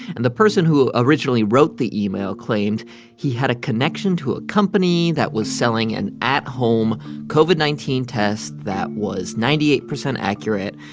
and the person who originally wrote the email claimed he had a connection to a company that was selling an at-home covid nineteen test that was ninety eight percent accurate.